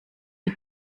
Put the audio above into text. wie